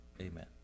Amen